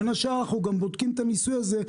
בין השאר אנחנו גם בודקים את הניסוי הזה,